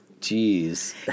Jeez